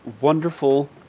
wonderful